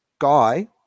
guy